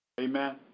Amen